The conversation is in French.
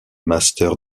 master